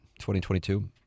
2022